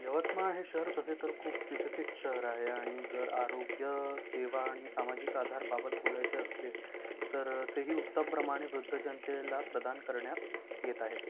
यवतमाळ हे शहर तसे तर खूप विकसित शहर आहे आणि जर आरोग्यसेवा आणि सामाजिक आधाराबाबत बोलायचे असले तर तेही उत्तमप्रमाणे वृद्ध जनतेला प्रदान करण्यात येत आहेत